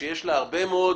שיש בה הרבה מאוד